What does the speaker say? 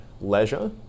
leisure